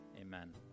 Amen